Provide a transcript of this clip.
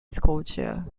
scotia